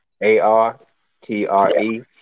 A-R-T-R-E